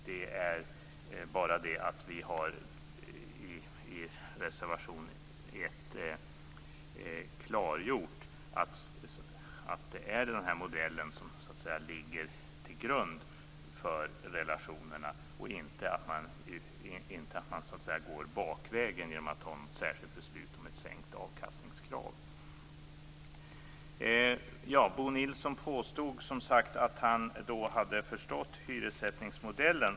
Det är bara det att vi i reservation 1 har klargjort att den här modellen ligger till grund för relationerna i stället för att man så att säga går bakvägen genom ett särskilt beslut om sänkt avkastningskrav. Bo Nilsson påstod som sagt att han hade förstått hyressättningsmodellen.